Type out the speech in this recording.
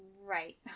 right